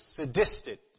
sadistic